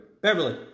Beverly